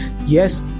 Yes